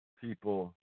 people